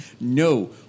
No